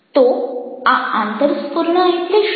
તો આ આંતરસ્ફુરણા એટલે શું